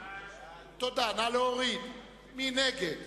מי נגד?